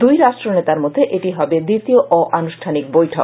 দুই রাষ্ট্রনেতার মধ্যে এটি হবে দ্বিতীয় অ আনুষ্ঠানিক বৈঠক